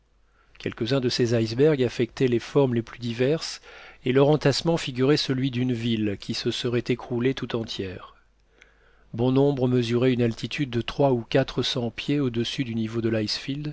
quelques-uns de ces icebergs affectaient les formes les plus diverses et leur entassement figurait celui d'une ville qui se serait écroulée tout entière bon nombre mesuraient une altitude de trois ou quatre cents pieds au-dessus du niveau de